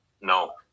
No